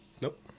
nope